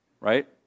Right